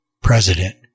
president